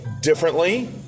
differently